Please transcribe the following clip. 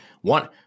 one